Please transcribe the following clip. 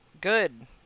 Good